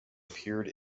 appeared